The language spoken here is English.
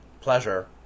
pleasure